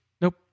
Nope